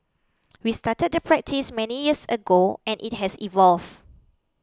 we started the practice many years ago and it has evolved